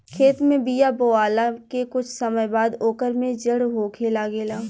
खेत में बिया बोआला के कुछ समय बाद ओकर में जड़ होखे लागेला